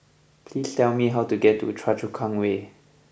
please tell me how to get to Choa Chu Kang Way